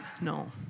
No